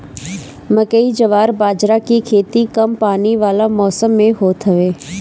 मकई, जवार बजारा के खेती कम पानी वाला मौसम में होत हवे